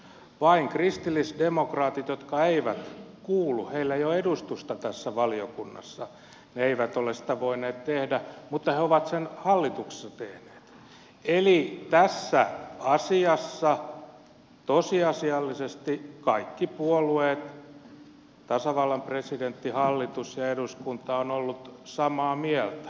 vain kristillisdemokraatit joilla ei ole edustusta tässä valiokunnassa eivät ole sitä voineet tehdä mutta he ovat sen hallituksessa tehneet eli tässä asiassa tosiasiallisesti kaikki puolueet tasavallan presidentti hallitus ja eduskunta ovat olleet samaa mieltä